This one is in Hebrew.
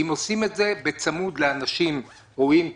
אם עושים את זה בצמוד לאנשים ראויים,